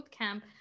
Bootcamp